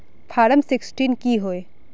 Form sixteen की होय?